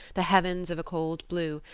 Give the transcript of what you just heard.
the heavens of a cold blue,